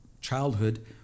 childhood